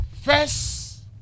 First